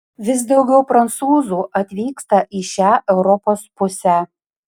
vis daugiau prancūzų atvyksta į šią europos pusę